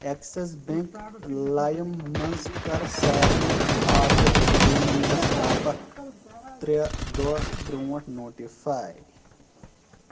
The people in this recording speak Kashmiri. ایٚکسِس بیٚنٛک لایِم منٛز کر سارنٕے آٹو پیمنٹس باپتھ ترٛےٚ دۄہ برٛونٛہہ نوٹفاے